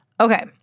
Okay